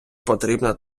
потрібна